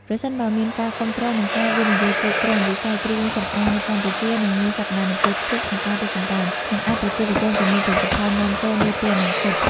ប្រសិនបើមានការគាំទ្រ និងការវិនិយោគគ្រប់គ្រាន់ វិស័យគ្រឿងសម្អាងនៅកម្ពុជានឹងមានសក្ដានុពលខ្ពស់ក្នុងការរីកចម្រើន និងអាចប្រកួតប្រជែងជាមួយផលិតផលនាំចូលនាពេលអនាគត។